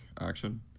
action